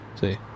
See